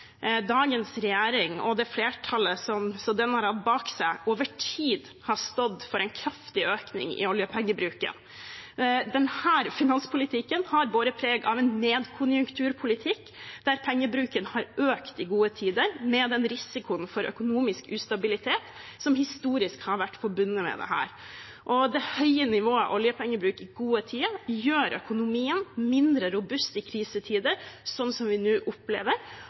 dagens regjering og det flertallet som den har hatt bak seg, over tid har stått for en kraftig økning i oljepengebruken. Denne finanspolitikken har båret preg av en nedkonjunkturpolitikk, der pengebruken har økt i gode tider med den risikoen for økonomisk ustabilitet som historisk har vært forbundet med dette. Det høye nivået av oljepengebruk gjør økonomien mindre robust i krisetider, sånn som vi nå opplever,